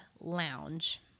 lounge